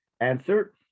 answer